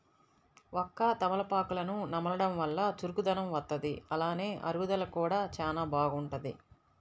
వక్క, తమలపాకులను నమలడం వల్ల చురుకుదనం వత్తది, అలానే అరుగుదల కూడా చానా బాగుంటది